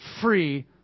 free